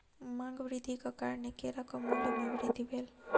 मांग वृद्धिक कारणेँ केराक मूल्य में वृद्धि भेल